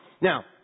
Now